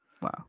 wow